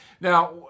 Now